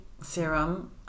serum